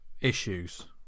issues